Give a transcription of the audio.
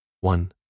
One